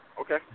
Okay